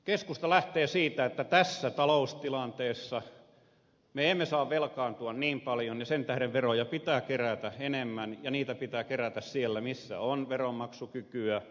keskusta lähtee siitä että tässä taloustilanteessa me emme saa velkaantua niin paljon ja sen tähden veroja pitää kerätä enemmän ja niitä pitää kerätä siellä missä on veronmaksukykyä